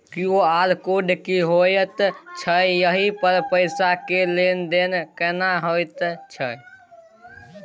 QR code की होयत छै एहि पर पैसा के लेन देन केना होयत छै?